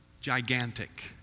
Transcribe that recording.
gigantic